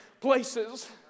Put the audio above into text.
places